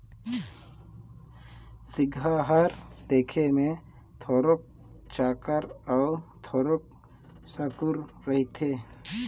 सिगहा हर देखे मे थोरोक चाकर अउ थोरोक साकुर रहथे